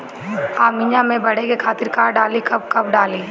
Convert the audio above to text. आमिया मैं बढ़े के खातिर का डाली कब कब डाली?